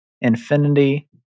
infinity